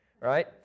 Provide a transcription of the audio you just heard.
right